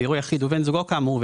ויראו יחיד ובן זוגו כאמור,